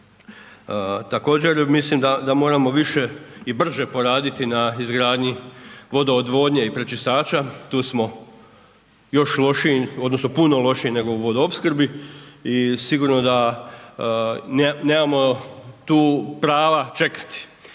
Također, mislim da moramo više i brže poraditi na izgradnji vodoodvodnje i prečistača tu smo još lošiji odnosno puno lošiji nego u vodoopskrbi i sigurno da nemamo tu prava čekati,